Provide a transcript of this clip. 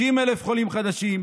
60,000 חולים חדשים,